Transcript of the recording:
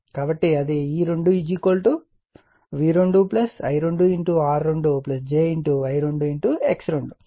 కాబట్టి అది E2 V2 I2R2 j I2 X2